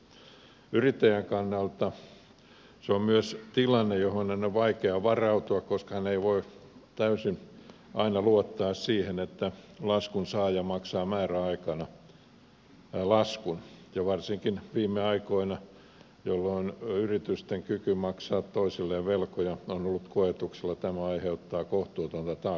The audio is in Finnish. yrittäjän kannalta se on myös tilanne johon hänen on vaikea varautua koska hän ei voi aina täysin luottaa siihen että laskun saaja maksaa määräaikana laskun ja varsinkin viime aikoina jolloin yritysten kyky maksaa toisilleen velkoja on ollut koetuksella tämä aiheuttaa kohtuutonta taakkaa yrittäjälle